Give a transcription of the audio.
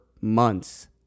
months